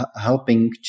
helping